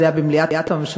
זה היה במליאת הממשלה,